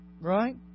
Right